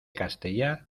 castellar